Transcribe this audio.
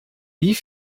wie